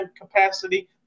capacity